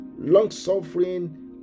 long-suffering